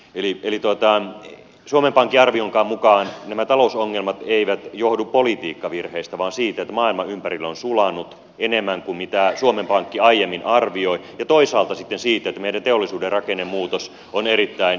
eli suomen pankin arvionkaan mukaan nämä talousongelmat eivät johdu politiikkavirheestä vaan siitä että maailma ympärillä on sulanut enemmän kuin mitä suomen pankki aiemmin arvioi ja toisaalta sitten siitä että meillä teollisuuden rakennemuutos on erittäin voimallinen